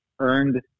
earned